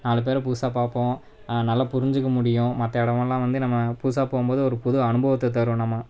நாலு பேரை புதுசாக பார்ப்போம் நல்லா புரிஞ்சுக்க முடியும் மற்ற இடமெல்லாம் வந்து நம்ம புதுசாக போகும்போது ஒரு புது அனுபவத்தைத் தரும் நம்ம